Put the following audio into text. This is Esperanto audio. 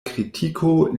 kritiko